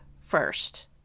first